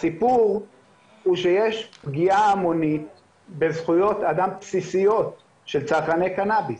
הסיפור הוא שיש פגיעה המונית בזכויות אדם בסיסיות של צרכני קנאביס.